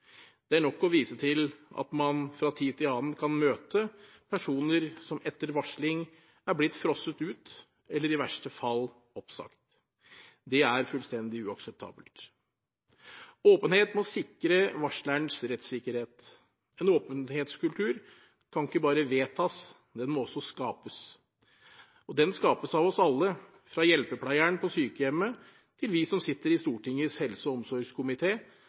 Det er nok å vise til at man fra tid til annen kan møte personer som etter varsling er blitt frosset ut eller i verste fall oppsagt. Det er fullstendig uakseptabelt. Åpenhet må sikre varslerens rettssikkerhet. En åpenhetskultur kan ikke bare vedtas, den må også skapes. Den skapes av oss alle, fra hjelpepleieren på sykehjemmet til vi som sitter i Stortingets helse- og